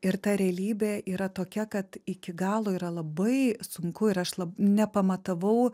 ir ta realybė yra tokia kad iki galo yra labai sunku ir aš nepamatavau